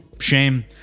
shame